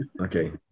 Okay